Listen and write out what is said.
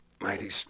mighty